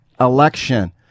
election